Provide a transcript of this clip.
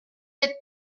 être